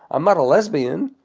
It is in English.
i'm not a lesbian.